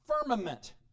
Firmament